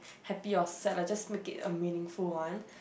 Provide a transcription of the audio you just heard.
happy or sad lah just make it a meaningful one